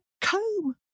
comb